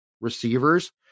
receivers